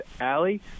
Allie